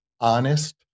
honest